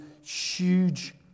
huge